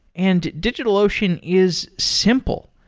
and digitalocean is simple.